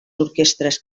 orquestres